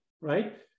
right